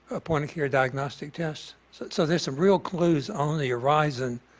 a point-of-care diagnostic test. so, there's some real clues on the horizon